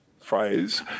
phrase